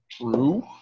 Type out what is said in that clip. True